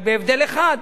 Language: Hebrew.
רק בהבדל אחד: